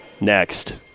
next